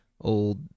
old